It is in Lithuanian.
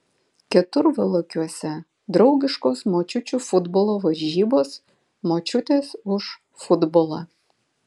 keturvalakiuose draugiškos močiučių futbolo varžybos močiutės už futbolą